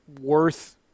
worth